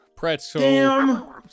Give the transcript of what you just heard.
Pretzel